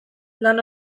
lan